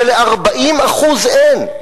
כשל-40% אין.